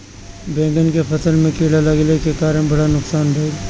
बैंगन के फसल में कीड़ा लगले के कारण बड़ा नुकसान भइल